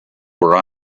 were